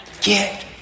get